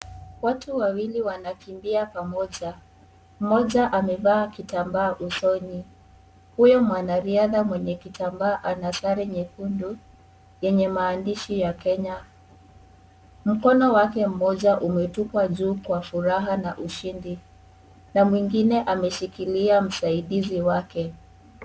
Watu wawili wanakimbia pamoja. Mmoja amevaa kitambaa usoni. Huyo mwanariadha mwenye kitambaa ana sare nyekundu yenye maandishi ya Kenya. Mkono wake mmoja umetupwa juu kwa furaha na ushindi na mwengine ameshikilia msaidizi wake.